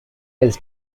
his